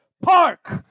Park